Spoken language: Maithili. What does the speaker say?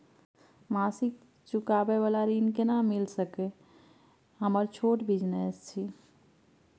मासिक चुकाबै वाला कर्ज केना मिल सकै इ हमर छोट बिजनेस इ?